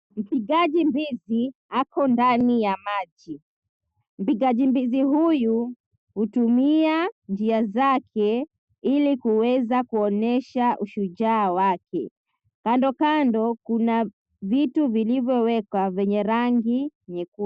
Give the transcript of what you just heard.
Mpigaji mbizi, ako ndani ya maji. Mpigaji mbizi huyu, hutumia njia zake, ili kuweza kuonyesha ushujaa wake. Kando kando, kuna vitu vilivyowekwa vyenye rangi nyekundu.